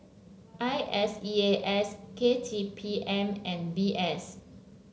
I S E A S K T P M and V S